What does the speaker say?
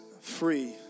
free